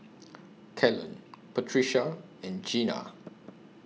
Kellen Patricia and Jena